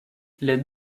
les